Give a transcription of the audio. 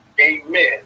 Amen